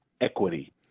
equity